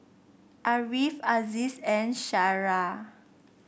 Ariff Aziz and Syirah